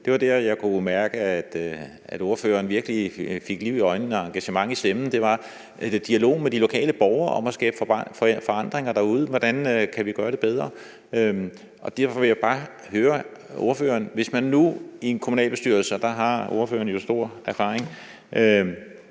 Der, hvor jeg kunne mærke, at ordføreren virkelig fik liv i øjnene og engagement i stemmen, var i forbindelse med det, der handlede om dialogen med de lokale borgere om at skabe forandringer derude; hvordan vi kan gøre det bedre? Derfor vil jeg bare spørge ordføreren om noget. Hvis man nu i en kommunalbestyrelse – der har ordføreren jo stor erfaring